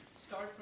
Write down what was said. Start